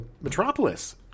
Metropolis